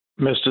Mr